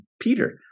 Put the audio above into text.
Peter